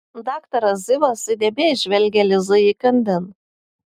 daktaras zivas įdėmiai žvelgė lizai įkandin